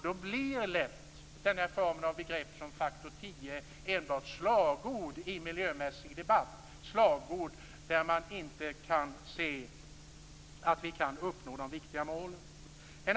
Då blir lätt denna form av begrepp som faktor 10 enbart slagord i miljömässig debatt - slagord utan att vi kan uppnå de viktiga målen.